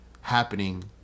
happening